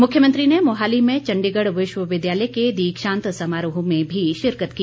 मुख्यमंत्री ने मोहाली में चण्डीगढ़ विश्वविद्यालय के दीक्षांत समारोह में भी शिकरत की